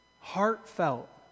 heartfelt